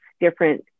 different